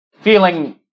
feeling